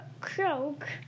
croak